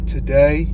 Today